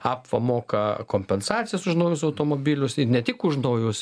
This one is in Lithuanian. apva moka kompensacijas už naujus automobilius i ne tik už naujus